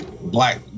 Black